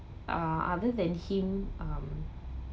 uh other than him um